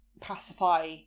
Pacify